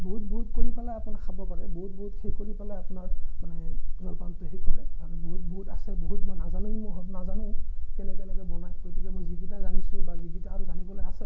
বহুত বহুত কৰি পেলাই আপোনাৰ খাব পাৰে বহুত বহুত কৰি পেলাই আপোনাৰ মানে জলপানটো সেই কৰে মানে বহুত বহুত আছে বহুত মই নাজানো কিন্তু বহুত মই নাজানো কেনেকৈ কেনেকৈ বনায় গতিকে মই যিকেইটা জানিছোঁ বা যিকেইটা আৰু জানিবলৈ আছে